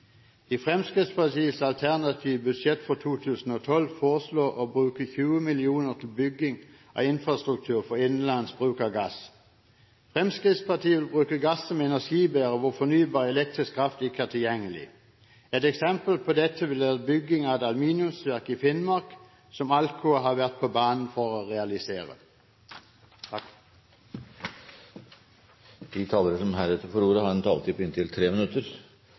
I Fremskrittspartiets alternative budsjett for 2012 foreslås det å bruke 20 mill. kr til bygging av infrastruktur for innenlandsk bruk av gass. Fremskrittspartiet vil bruke gass som energibærer hvor fornybar elektrisk kraft ikke er tilgjengelig. Et eksempel på dette vil være bygging av et aluminiumsverk i Finnmark, som Alcoa har vært på banen for å realisere. De talere som heretter får ordet, har en taletid på inntil 3 minutter